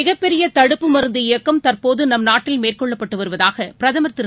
மிகப்பெரியதடுப்பு உலகின் இயக்கம் தற்போதுநம் நாட்டில் மருந்து மேற்கொள்ளப்பட்டுவருவதாகபிரதமர் திரு